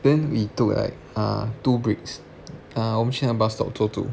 then we took uh two breaks uh 我们去那个 bus stop 走走